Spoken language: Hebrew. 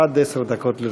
עד עשר דקות לרשותך.